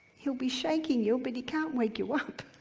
he'll be shaking you, but he can't wake you up.